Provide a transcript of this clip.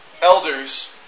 elders